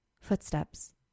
Footsteps